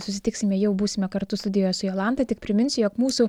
susitiksime jau būsime kartu studijoje su jolanta tik priminsiu jog mūsų